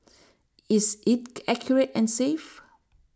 is it accurate and safe